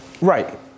Right